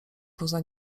poza